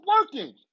working